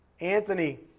Anthony